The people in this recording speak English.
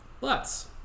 Lots